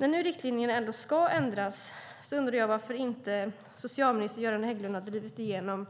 När nu riktlinjerna ändå ska ändras undrar jag varför socialminister Göran Hägglund inte har drivit igenom